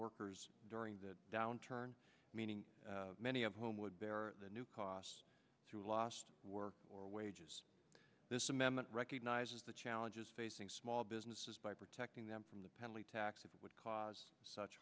workers during the downturn meaning many of whom would bear the new costs through law work or wages this amendment recognizes the challenges facing small businesses by protecting them from the penalty tax would cause such